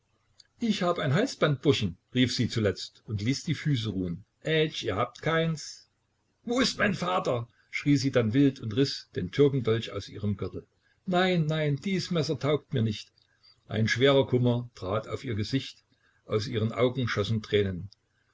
ich hab ein halsband burschen rief sie zuletzt und ließ die füße ruhn ätsch ihr habt keins wo ist mein vater schrie sie dann wild und riß den türkendolch aus ihrem gürtel nein nein dies messer taugt mir nicht ein schwerer kummer trat auf ihr gesicht aus ihren augen schossen tränen